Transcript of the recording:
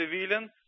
civilian –